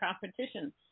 competition